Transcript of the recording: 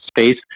space